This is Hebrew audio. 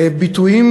ביטויים